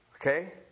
Okay